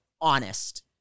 honest